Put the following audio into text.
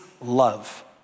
love